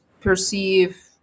perceive